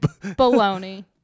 Baloney